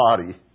body